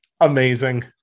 Amazing